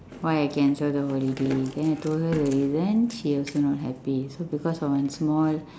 why I cancel the holiday then I told her the reason she also not happy so because of one small